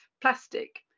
Plastic